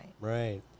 Right